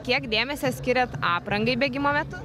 kiek dėmesio skiriat aprangai bėgimo metu